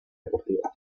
deportiva